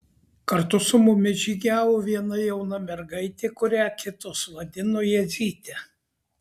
kartu su mumis žygiavo viena jauna mergaitė kurią kitos vadino jadzyte